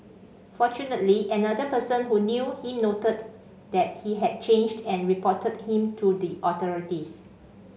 fortunately another person who knew him noted that he had changed and reported him to the authorities